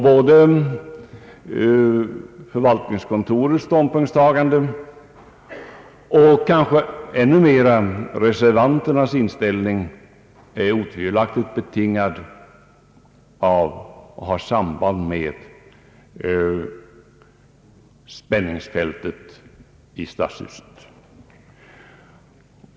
Både förvaltningskontorets ståndpunktstagande och kanske ännu mera reservanternas inställning har otvivelaktigt samband med detta spänningsfält i stadshuset.